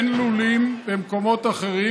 אין לולים במקומות אחרים,